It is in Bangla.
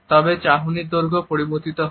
তবে চাহনির দৈর্ঘ্যও পরিবর্তিত হয়